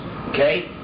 Okay